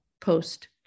post